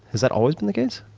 has that always been the case?